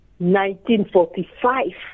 1945